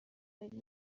زندگی